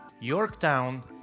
Yorktown